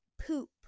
poop